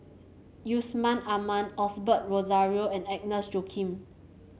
Yusman Aman Osbert Rozario and Agnes Joaquim